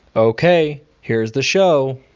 ok, here's the show